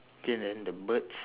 okay then the birds